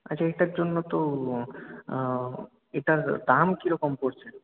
আচ্ছা এটার জন্য তো এটার দাম কিরকম পড়ছে